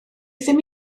ddim